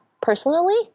personally